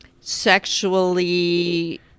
sexually